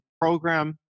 program